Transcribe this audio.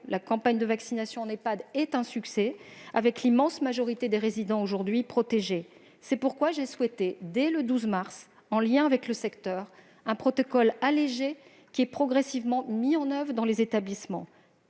La campagne de vaccination en Ehpad est un succès, l'immense majorité des résidents étant aujourd'hui protégée. C'est pourquoi j'ai souhaité, dès le 12 mars dernier, en lien avec le secteur, un protocole allégé, qui est progressivement mis en oeuvre dans les établissements.